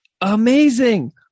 Amazing